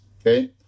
okay